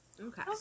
Okay